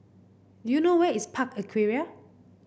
do you know where is Park Aquaria